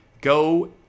Go